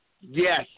Yes